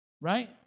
Right